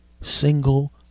single